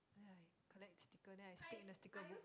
then I collect sticker then I stick in the sticker book